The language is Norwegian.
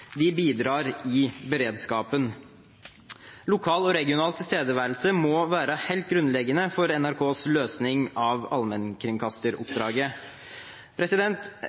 De bidrar i beredskapen. Lokal og regional tilstedeværelse må være helt grunnleggende for NRKs løsning av allmennkringkasteroppdraget.